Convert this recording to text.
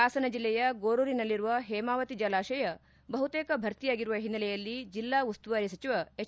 ಹಾಸನ ಜಿಲ್ಲೆಯ ಗೋರೂರಿನಲ್ಲಿರುವ ಹೇಮಾವತಿ ಜಲಾಶಯ ಬಹುತೇಕ ಭರ್ತಿಯಾಗಿರುವ ಹಿನ್ನೆಲೆಯಲ್ಲಿ ಜೆಲ್ಲಾ ಉಸ್ತುವಾರಿ ಸಚಿವ ಎಚ್